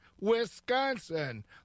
Wisconsin